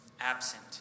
absent